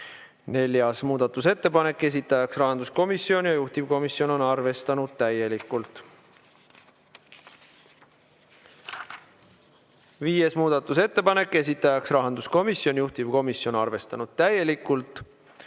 Neljas muudatusettepanek, esitaja rahanduskomisjon ja juhtivkomisjon on arvestanud täielikult. Viies muudatusettepanek, esitaja rahanduskomisjon, juhtivkomisjon on arvestanud täielikult.